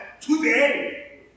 today